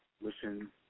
Listen